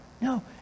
no